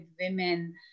women